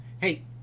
hey